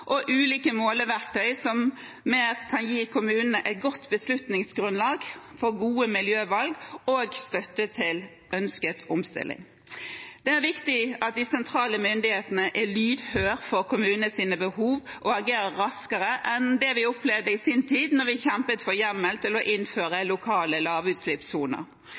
og ulike måleverktøy som er med på å gi et godt beslutningsgrunnlag for gode miljøvalg og støtte til ønsket omstilling. Det er viktig at de sentrale myndighetene er lydhøre overfor kommunenes behov og agerer raskere enn det vi opplevde i sin tid da vi kjempet for hjemmel til å innføre lokale lavutslippssoner.